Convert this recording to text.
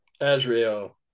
Azrael